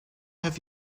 have